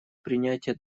принятия